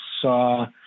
saw